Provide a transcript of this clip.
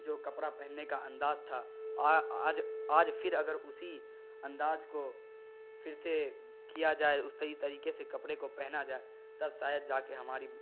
جو کپڑا پہننے کا انداز تھا آ آج آج پھر اگر اسی انداز کو پھر سے کیا جائے اسی طریقے سے کپڑے کو پہنا جائے تب شاید جا کے ہماری